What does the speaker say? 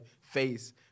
face